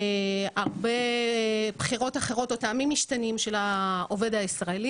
הרבה בחירות אחרות או טעמים משתנים של העובד הישראלי